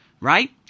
right